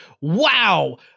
wow